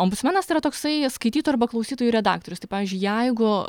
ombudsmenas yra toksai skaitytojų arba klausytojų redaktorius tai pavyzdžiui jeigu